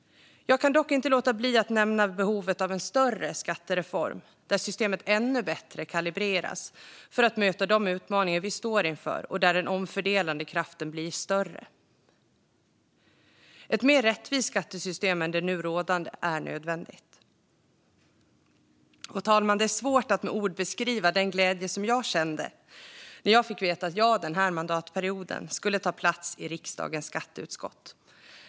Jag kan dock inte låta bli att nämna behovet av en större skattereform där systemet kalibreras ännu bättre för att möta de utmaningar vi står inför och där den omfördelande kraften blir större. Ett mer rättvist skattesystem än det nu rådande är nödvändigt. Fru talman! Det är svårt att med ord beskriva den glädje jag kände när jag fick veta att jag den här mandatperioden skulle ta plats i riksdagens skatteutskott.